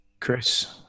Chris